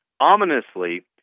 Ominously